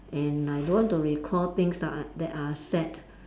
and I don't want to recall things that are that are sad